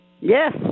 yes